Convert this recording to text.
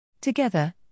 Together